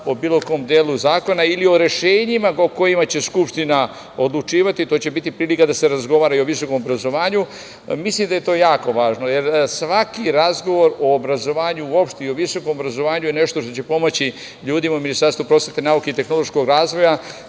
o bilo kom delu zakona ili o rešenjima o kojima će Skupština odlučivati. To će biti prilika da se razgovara i o visokom obrazovanju. Mislim da je to jako važno, jer svaki razgovor o obrazovanju uopšte i o visokom obrazovanju je nešto što će pomoći ljudima, Ministarstvu prosvete, nauke i tehnološkog razvoja